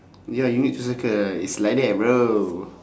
ya you need to circle ah it's like that bro